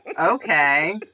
okay